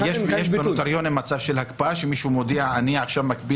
יש בנוטריונים מצב של הקפאה שמישהו מודיע שהוא מקפיא